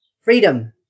freedom